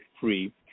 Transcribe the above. free